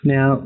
Now